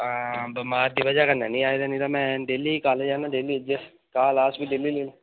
आं बमार दी बजह् कन्नै नी आया नेईं तां मैं डेली कालेज आन्नां क्लास बी डेली लैन्नां